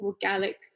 Gallic